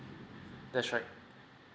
that's right